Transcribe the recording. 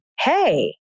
hey